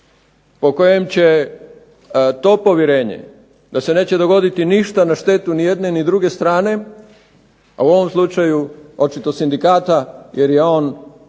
po kojem će to povjerenje da se neće dogoditi ništa na štetu ni jedne ni druge strane, a u ovom slučaju očito sindikata jer je on